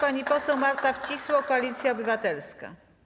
Pani poseł Marta Wcisło, Koalicja Obywatelska.